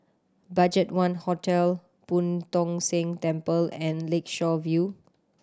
BudgetOne Hotel Boo Tong San Temple and Lakeshore View